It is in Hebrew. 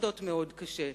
שעובדות מאוד קשה.